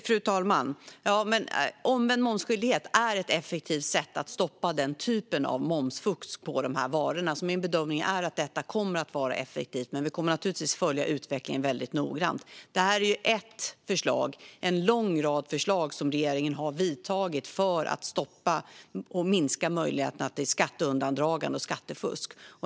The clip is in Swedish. Fru talman! Omvänd momsskyldighet är ett effektivt sätt att stoppa den typen av momsfusk på de varorna. Min bedömning är att detta kommer att vara effektivt, men vi kommer naturligtvis att följa utvecklingen noggrant. Det här är en lång rad åtgärder som regeringen har vidtagit för att stoppa och minska möjligheterna till skatteundandragande och skattefusk.